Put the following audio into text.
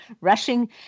rushing